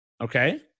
okay